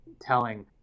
telling